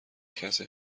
کسی